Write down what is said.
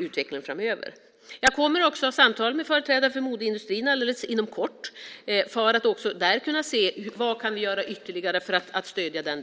utvecklingen framöver. Jag kommer också att samtala med företrädare för modeindustrin inom kort för att se vad vi ytterligare kan göra för att stödja den.